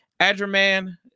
adraman